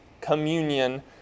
communion